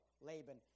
Laban